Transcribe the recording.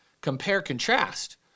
compare-contrast